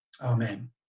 amen